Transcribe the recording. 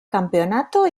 campeonato